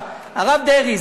הרב דרעי,